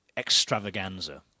extravaganza